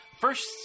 First